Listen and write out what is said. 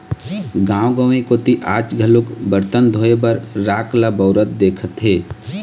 गाँव गंवई कोती आज घलोक बरतन धोए बर राख ल बउरत दिखथे